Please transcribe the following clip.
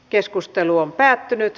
keskustelua ei syntynyt